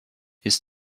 his